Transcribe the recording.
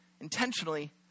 intentionally